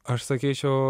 aš sakyčiau